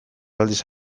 aldiz